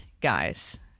Guys